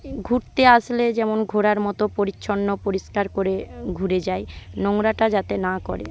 ঘুরতে আসলে যেমন ঘোরার মতো পরিচ্ছন্ন পরিষ্কার করে ঘুরে যায় নোংরাটা যাতে না করে